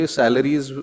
salaries